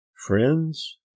Friends